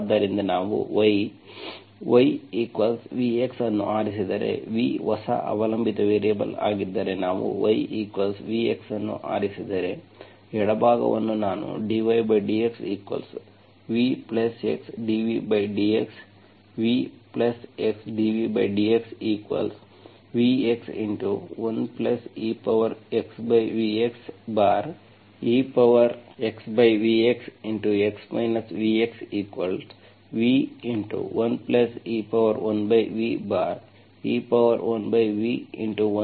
ಆದ್ದರಿಂದ ನಾವು yyvx ಅನ್ನು ಆರಿಸಿದರೆ v ಹೊಸ ಅವಲಂಬಿತ ವೇರಿಯೇಬಲ್ ಆಗಿದ್ದರೆ ನಾವು yvx ಅನ್ನು ಆರಿಸಿದರೆ ಎಡಭಾಗವನ್ನು ನಾನು dydxvx dvdx vx dvdxvx 1exvxexvx x vxv1e1ve1v1 v